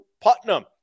Putnam